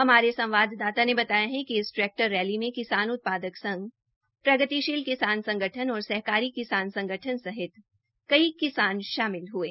हमारे संवाददाता ने बताया कि इस ट्रैक्टर रैली में किसान उत्पादक संघ प्रगतिशील किसान संगठन और सहकारी किसान संगठन सहित कई किसान शामिल हये